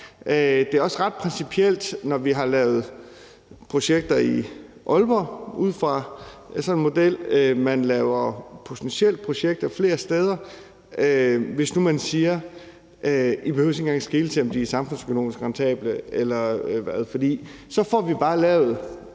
Det er også ret principielt – vi har lavet projekter i Aalborg ud fra sådan en model flere steder – hvis man nu siger, at I ikke engang behøver at skele til, om de er samfundsøkonomisk rentable. For så får vi bare lavet